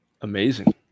Amazing